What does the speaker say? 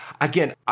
Again